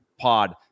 pod